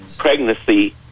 pregnancy